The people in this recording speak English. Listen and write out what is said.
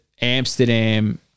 Amsterdam